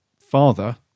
father